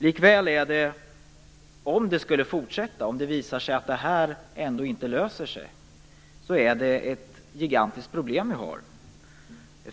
Likväl: Om det här skulle fortsätta, om det skulle visa sig att det inte löser sig, har vi ett gigantiskt problem.